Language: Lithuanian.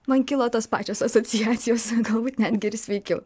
man kilo tos pačios asociacijos galbūt netgi ir sveikiau